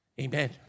Amen